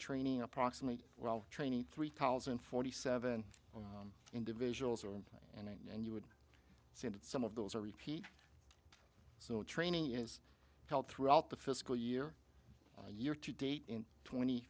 training approximate while training three thousand forty seven individuals are in and you would say that some of those are repeat so training is held throughout the fiscal year year to date in twenty